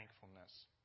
thankfulness